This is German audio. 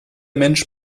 mensch